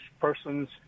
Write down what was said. persons